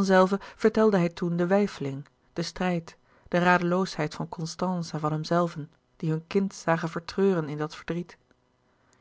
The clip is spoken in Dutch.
zelve vertelde hij toen de weifeling den strijd de radeloosheid van constance en van hemzelven die hun kind zagen vertreuren in dat verdriet